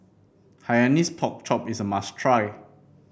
Hainanese Pork Chop is a must try